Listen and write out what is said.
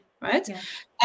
right